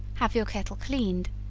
have your kettle cleaned,